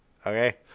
Okay